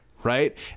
right